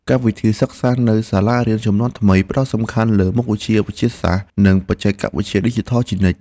កម្មវិធីសិក្សានៅសាលារៀនជំនាន់ថ្មីផ្ដោតសំខាន់លើមុខវិជ្ជាវិទ្យាសាស្ត្រនិងបច្ចេកវិទ្យាឌីជីថលជានិច្ច។